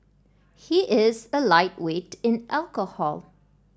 he is a lightweight in alcohol